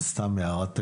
אבל סתם הערת אגב,